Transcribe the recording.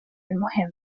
المهم